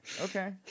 Okay